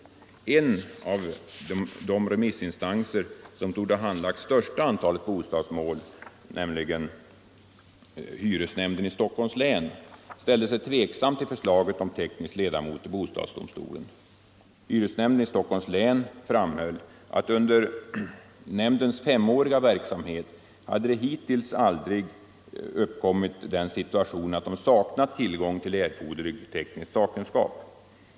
En av de remissinstanser som torde handlagt största antalet bostadsmål, nämligen hyresnämnden i Stockholms län, ställde sig tveksam till förslaget om teknisk ledamot i bostadsdomstolen. Hyresnämnden i Stockholms län framhöll att under nämndens femåriga verksamhet hade den hittills aldrig kommit i den situationen att den saknat tillgång till erforderlig teknisk sakkunskap.